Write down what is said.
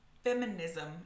feminism